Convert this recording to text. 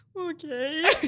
okay